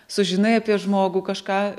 sužinai apie žmogų kažką